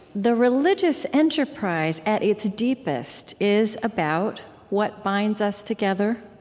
the religious enterprise at its deepest is about what binds us together.